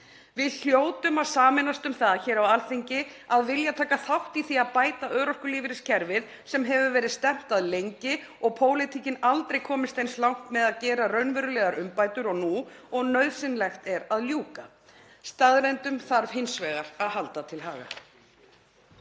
Við hljótum að sameinast um það hér á Alþingi að vilja taka þátt í því að bæta örorkulífeyriskerfið sem hefur verið stefnt að lengi og pólitíkin aldrei komist eins langt með að gera raunverulegar umbætur og nú og nauðsynlegt er að ljúka þeim. Staðreyndum þarf hins vegar að halda til haga.